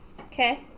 Okay